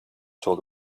talk